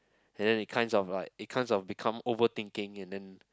and then it kinds of like it kinds of become overthinking and then